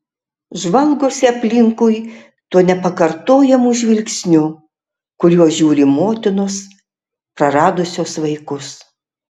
žvalgosi aplinkui tuo nepakartojamu žvilgsniu kuriuo žiūri motinos praradusios vaikus